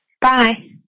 Bye